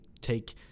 take